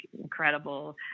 incredible